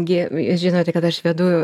gi žinote kad aš vedu